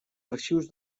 arxius